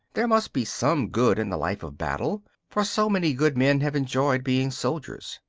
there must be some good in the life of battle, for so many good men have enjoyed being soldiers.